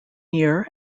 year